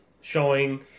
showing